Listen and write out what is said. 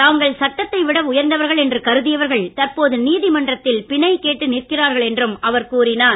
தாங்கள் சட்டத்தை விட உயர்ந்தவர்கள் என்று கருதியவர்கள் தற்போது நீதிமன்றத்தில் பிணை கேட்டு நிற்கிறார்கள் என்றும் அவர் கூறினார்